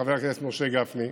חבר הכנסת משה גפני.